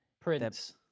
Prince